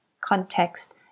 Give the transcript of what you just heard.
context